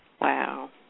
Wow